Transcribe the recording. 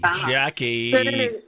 Jackie